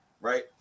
right